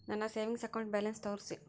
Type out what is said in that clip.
ನನ್ನ savings account balance ತೋರಿಸಿ?